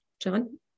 John